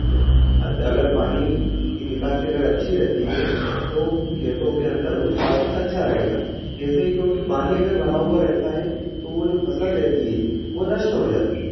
आज अगर पानी की निकासी अगर अच्छी रहती है तो खेतों के अंदर उत्पादन अच्छा रहेगा कैसे क्योंकि पानी अगर भरा हुआ रहता है तो वह जो फ़सल देती है वह नष्ट हो जाती